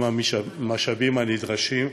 עם המשאבים הנדרשים.